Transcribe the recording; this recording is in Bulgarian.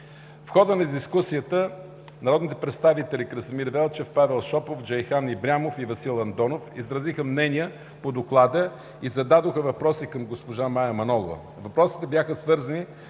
В хода на дискусията народните представители Красимир Велчев, Павел Шопов, Джейхан Ибрямов и Васил Антонов изразиха мнения по доклада и зададоха въпроси към госпожа Мая Манолова. Въпросите бяха свързани